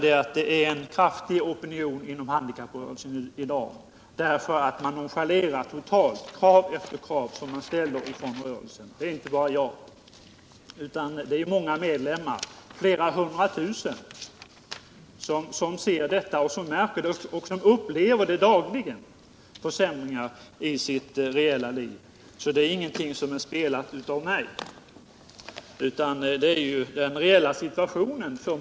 Det finns i dag inom handikapprörelsen en mycket kraftig opinion mot att de förslag som rörelsen ställt har nonchalerats. Det är alltså inte bara jag som reagerar, utan det är flera hundra tusen människor som dagligen märker att de får vidkännas en reell standardsänkning. Detta är alltså ingenting som jag hittat på.